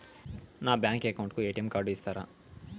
నా bank account కు ATM card ఇస్తారా